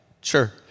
sure